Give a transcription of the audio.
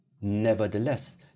Nevertheless